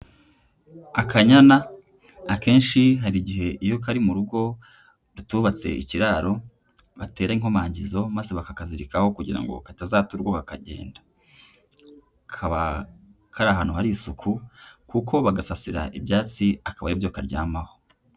Akanyana akenshi hari igihe iyo kari mu rugo rutubatse ikiraro batera inkomangizo maze bakakazirikaho kugira ngo katazata urugo kakagenda, kaba kari ahantu hari isuku kuko bagasasira ibyatsi akaba ari byo karyamaho.